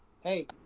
hey